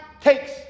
takes